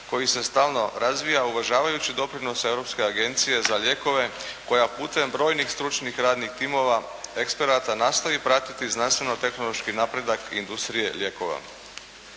koji se stalno razvija uvažavajući doprinose Europske agencije za lijekove koja putem brojnih stručnih radnih timova, eksperata nastoji pratiti znanstveno-tehnološki napredak industrije lijekova.